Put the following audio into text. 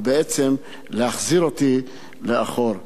ובעצם להחזיר אותי לאחור.